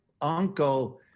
uncle